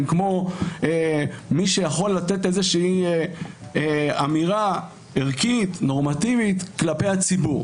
הם כמו מי שיכול לתת איזושהי אמירה ערכית נורמטיבית כלפי הציבור.